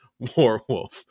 Warwolf